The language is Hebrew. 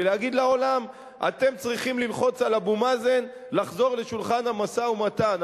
ולהגיד לעולם: אתם צריכים ללחוץ על אבו מאזן לחזור לשולחן המשא-ומתן,